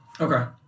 okay